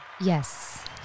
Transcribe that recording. yes